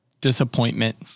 disappointment